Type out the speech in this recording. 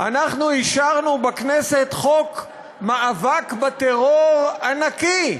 אנחנו אישרנו בכנסת חוק מאבק בטרור ענקי,